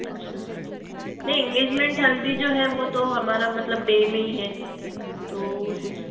अच्छा हाँ नही एंगेजमेंट हल्दी जो है वह तो हमारा मतलब डे में ही है तो उस